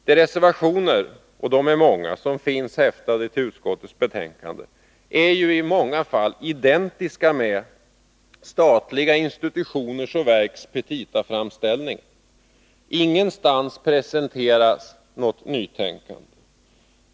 De reservationer — och de är många — som finns fogade till utskottets betänkande är ju i åtskilliga fall identiska med statliga institutioners och verks petitaframställningar. Ingenstans presenteras något nytänkande.